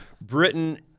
britain